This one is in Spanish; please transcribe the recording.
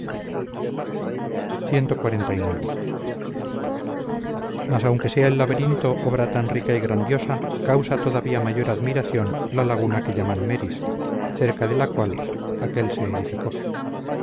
bajo de tierra cxlix mas aunque sea el laberinto obra tan rica y grandiosa causa todavía mayor admiración la laguna que llaman meris cerca de la cual aquel se edificó